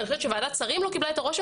ואני חושבת שוועדת שרים לא קיבלה את הרושם,